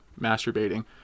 masturbating